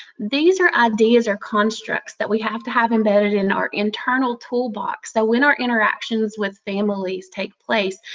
these are ideas or constructs that we have to have embedded in our internal toolbox that when our interactions with families take place,